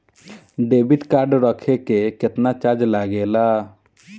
Debit card रखे के केतना चार्ज लगेला?